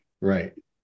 Right